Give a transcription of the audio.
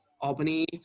Albany